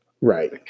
Right